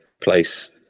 place